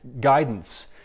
guidance